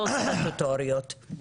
לא סתימת פיות שקרים.